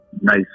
nice